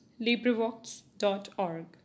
LibriVox.org